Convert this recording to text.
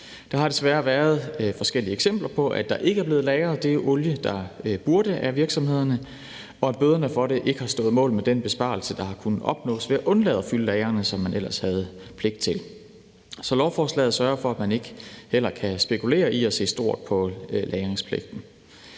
Der har desværre været forskellige eksempler på, at der ikke er blevet lagret den olie, der burde, af virksomhederne, og at bøderne for det ikke har stået mål med den besparelse, der har kunnet opnås ved at undlade at fylde lagrene, som man ellers havde pligt til. Så lovforslaget sørger for, at man heller ikke kan spekulere i at se stort på lagringspligten.